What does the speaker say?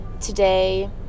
today